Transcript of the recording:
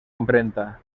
imprenta